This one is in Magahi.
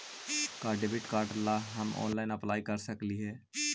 का डेबिट कार्ड ला हम ऑनलाइन अप्लाई कर सकली हे?